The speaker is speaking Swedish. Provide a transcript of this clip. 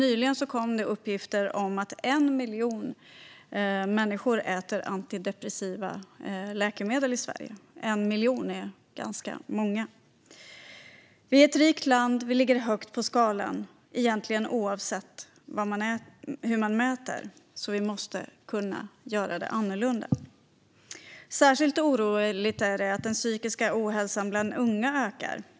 Nyligen kom uppgifter om att 1 miljon människor i Sverige äter antidepressiva läkemedel. 1 miljon är ganska många. Sverige är ett rikt land. Vi ligger högt på skalan, oavsett hur man mäter. Vi måste kunna göra något annorlunda. Det är särskilt oroande att den psykiska ohälsan bland unga ökar.